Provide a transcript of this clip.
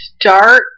start